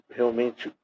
realmente